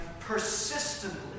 persistently